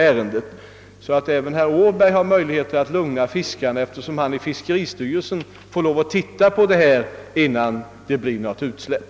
även herr Åberg har således möjlighet att lugna fiskarena, eftersom han i fiskeristyrelsen får vara med om att granska ärendet innan man tilllåter utsläpp.